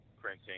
printing